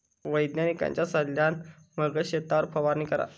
वैज्ञानिकांच्या सल्ल्यान मगच शेतावर फवारणी करा